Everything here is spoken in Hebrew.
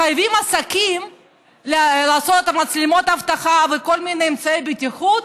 מחייבים עסקים לעשות מצלמות אבטחה וכל מיני אמצעי בטיחות,